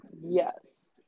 yes